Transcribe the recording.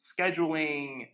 scheduling